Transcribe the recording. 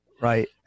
Right